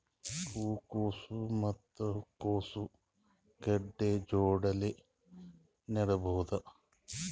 ಹೂ ಕೊಸು ಮತ್ ಕೊಸ ಗಡ್ಡಿ ಜೋಡಿಲ್ಲೆ ನೇಡಬಹ್ದ?